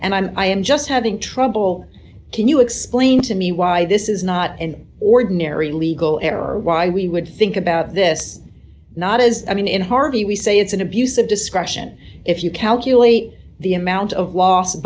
and i am just having trouble can you explain to me why this is not an ordinary legal error why we would think about this not as i mean in harvey we say it's an abuse of discretion if you calculate the amount of los